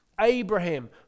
Abraham